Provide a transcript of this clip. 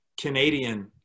Canadian